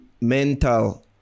mental